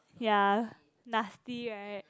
ya nasty right